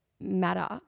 matter